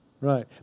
right